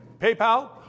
PayPal